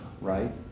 right